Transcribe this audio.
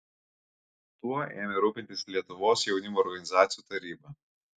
tuo ėmė rūpintis lietuvos jaunimo organizacijų taryba